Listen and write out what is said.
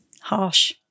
Harsh